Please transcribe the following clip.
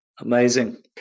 Amazing